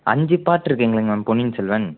அஞ்சு பார்ட் இருக்குங்களேங்க மேம் பொன்னியின் செல்வன்